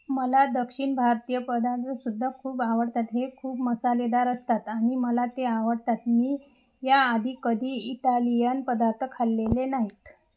मला दक्षिण भारतीय पदार्थसुद्धा खूप आवडतात हे खूप मसालेदार असतात आणि मला ते आवडतात मी याआधी कधी इटालियन पदार्थ खाल्लेले नाहीत